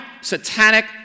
satanic